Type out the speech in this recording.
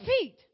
feet